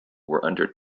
under